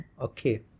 okay